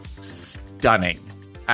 stunning